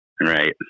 Right